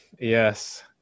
Yes